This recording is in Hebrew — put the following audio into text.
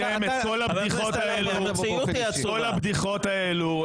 כל הבדיחות האלו,